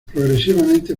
progresivamente